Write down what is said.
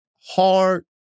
hard